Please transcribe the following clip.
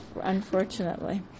unfortunately